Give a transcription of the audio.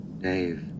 Dave